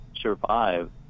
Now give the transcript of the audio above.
survive